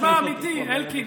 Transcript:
תשמע, תשמע, אמיתי, אלקין.